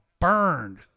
burned